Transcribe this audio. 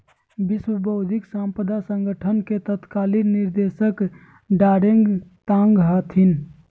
विश्व बौद्धिक साम्पदा संगठन के तत्कालीन निदेशक डारेंग तांग हथिन